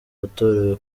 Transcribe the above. watorewe